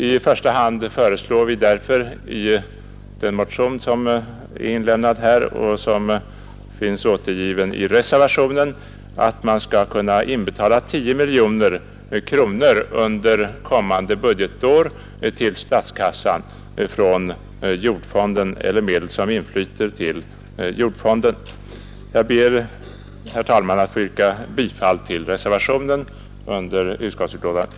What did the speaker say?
I första hand föreslår vi därför i vår motion, som följs upp i reservationen, att man skall kunna inbetala 10 miljoner kronor under kommande budgetår till statskassan av medel som inflyter till jordfonden. Jag ber, herr talman, att få yrka bifall till reservationen vid punkten 7.